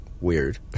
weird